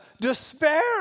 despair